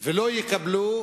ולא יקבלו את